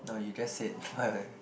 no you just said